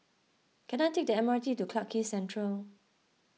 can I take the M R T to Clarke Quay Central